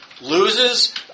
loses